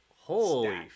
holy